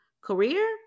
career